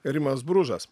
rimas bružas